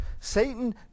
satan